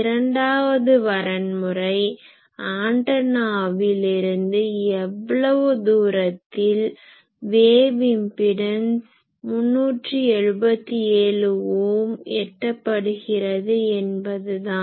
இரண்டாவது வரன்முறை ஆன்டனாவிலிருந்து எவ்வளவு தூரத்தில் வேவ் இம்பிடன்ஸ் wave impedance அலை மின்மறுப்பு 377 ஓம் எட்டப்படுகிறது என்பது தான்